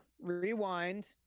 rewind